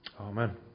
Amen